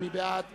34 בעד,